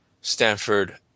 Stanford